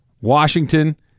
Washington